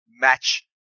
match